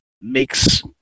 makes